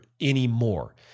anymore